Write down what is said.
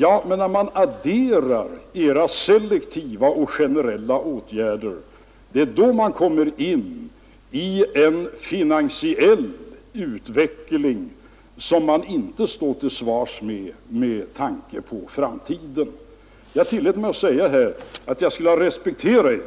Ja, men när man adderar era selektiva och generella åtgärder kommer man in i en finansiell utveckling som vi med tanke på framtiden inte kan stå till svars med. Jag tillät mig säga att jag skulle ha respekterat er